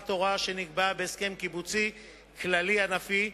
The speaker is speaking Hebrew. הוראה שנקבעה בהסכם קיבוצי כללי ענפי,